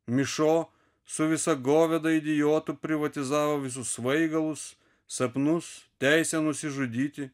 mišo su visa goveda idiotų privatizavo visus svaigalus sapnus teisę nusižudyti